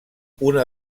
una